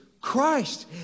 Christ